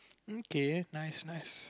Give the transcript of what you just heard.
um K nice nice